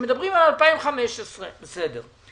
שמדברים על 2015. בסדר.